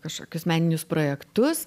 kažkokius meninius projektus